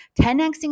10xing